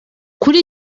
kuri